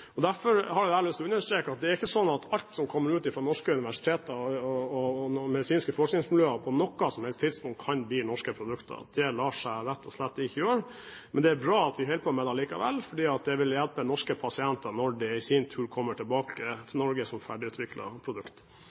produkter. Derfor har jeg lyst til å understreke at det er ikke sånn at alt som kommer ut fra norske universiteter og medisinske forskningsmiljøer, på noe som helst tidspunkt kan bli norske produkter. Det lar seg rett og slett ikke gjøre. Men det er bra at vi holder på med det likevel, for det vil hjelpe norske pasienter når det i sin tur kommer tilbake til Norge som ferdigutviklede produkter.